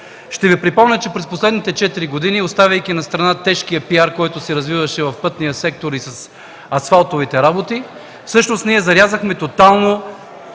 Ще Ви припомня, че през последните четири години, оставяйки настрана тежкия пиар, който се развиваше в пътния сектор и с асфалтовите работи, всъщност ние зарязахме тотално